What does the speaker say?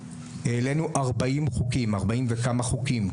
העלינו ארבעים וכמה חוקים,